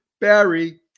Barry